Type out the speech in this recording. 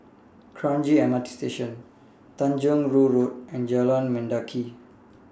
Kranji M R T Station Tanjong Rhu Road and Jalan Mendaki